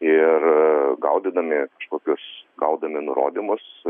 ir gaudydami kažkokius gaudami nurodymus